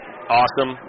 Awesome